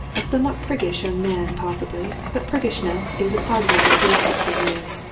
a somewhat priggish young man possibly, but priggishness is a pardonable defect in youth,